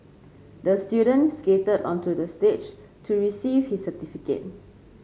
the student skated onto the stage to receive his certificate